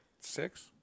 six